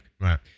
right